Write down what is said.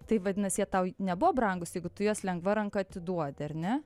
tai vadinasi jie tau nebuvo brangūs jeigu tu juos lengva ranka atiduoti ar ne